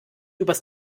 übers